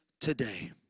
today